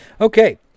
Okay